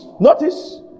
Notice